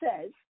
says